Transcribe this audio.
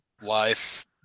life